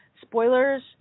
spoilers